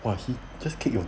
!wah! he just kick ah